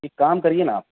ایک کام کریے نہ آپ